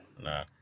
no